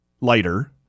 lighter